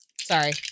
Sorry